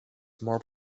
more